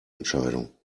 entscheidung